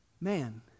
man